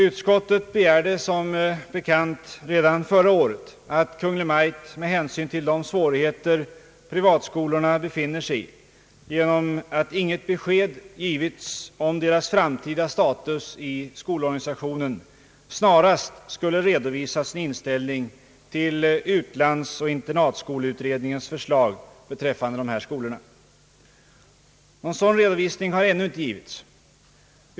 Utskottet begärde som bekant redan förra året att Kungl. Maj:t med hänsyn till de svårigheter privatskolorna befinner sig i genom att inget besked givits om deras framtida status i skolorganisationen snarast skulle redovisa sin inställning till utlandsoch internatskoleutredningens = förslag = beträffande dessa skolor. Någon sådan redovisning har ännu inte givits.